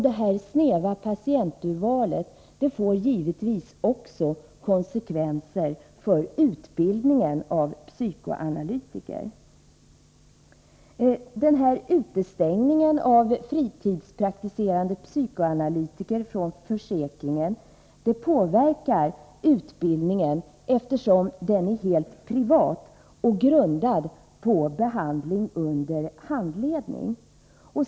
Detta snäva patienturval får givetvis konsekvenser också för utbildningen av psykoanalytiker. Utestängningen av fritidspraktiserande psykoanalytiker från försäkringen påverkar utbildningen, eftersom den är helt privat och grundad på behandling under handledning.